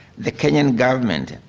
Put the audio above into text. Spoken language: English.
the kenyan government,